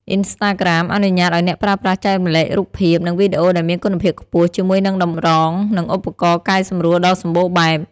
អុីនស្តាក្រាម អនុញ្ញាតឱ្យអ្នកប្រើប្រាស់ចែករំលែករូបភាព និងវីដេអូដែលមានគុណភាពខ្ពស់ ជាមួយនឹងតម្រង និងឧបករណ៍កែសម្រួលដ៏សម្បូរបែប។